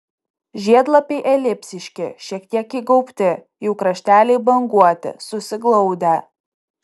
žiedlapiai elipsiški šiek tiek įgaubti jų krašteliai banguoti susiglaudę